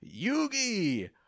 Yugi